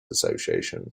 association